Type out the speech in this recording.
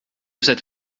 cette